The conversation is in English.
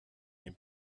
and